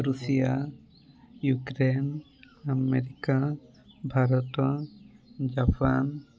Russia Ukraine America Bharat Japan